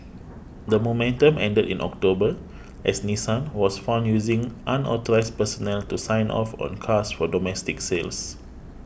that momentum ended in October as Nissan was found using unauthorised personnel to sign off on cars for domestic sales